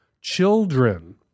children